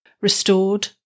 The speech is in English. restored